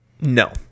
No